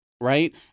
right